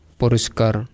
poriskar